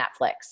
Netflix